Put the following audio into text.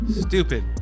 Stupid